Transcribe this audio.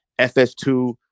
FS2